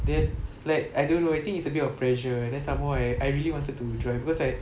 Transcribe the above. then like I don't know I think it's a bit of pressure and then somemore I I really wanted to drive beccause I